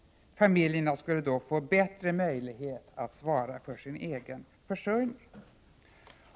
Familjerna skulle med en sådan politik få bättre möjlighet att svara för sin egen försörjning.